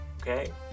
Okay